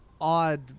odd